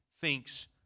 thinks